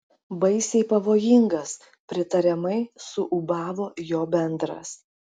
baisiai pavojingas pritariamai suūbavo jo bendras